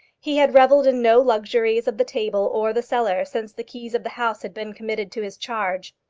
he had revelled in no luxuries of the table or the cellar since the keys of the house had been committed to his charge.